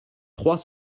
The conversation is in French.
trois